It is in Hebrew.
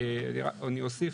אני אוסיף,